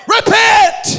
Repent